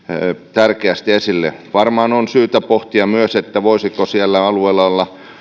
tärkeästi esille varmaan on syytä pohtia myös voisiko sillä alueella olla